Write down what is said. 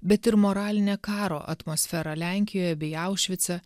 bet ir moralinę karo atmosferą lenkijoje bei aušvice